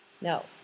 No